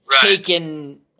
taken